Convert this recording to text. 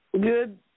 Good